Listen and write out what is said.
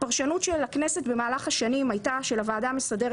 הפרשנות של הכנסת במהלך השנים הייתה שלוועדה המסדרת